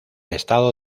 estado